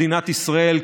מדינת ישראל,